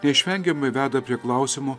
neišvengiamai veda prie klausimo